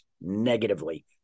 negatively